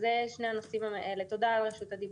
דהיינו במקום Open banking להפוך אותו ל-Openfinance.